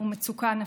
ומצוקה נפשית.